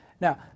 Now